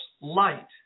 light